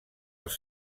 els